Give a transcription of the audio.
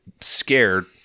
scared